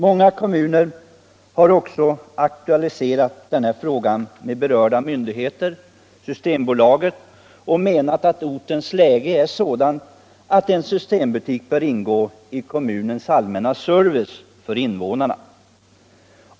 Många kommuner har också aktualiserat denna fråga med berörd myndighet, Systembolaget, och menat att ortens läge är sådant att en systembutik bör ingå i kommunens allmänna service för invånarna.